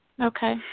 Okay